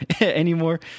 anymore